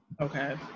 Okay